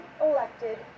elected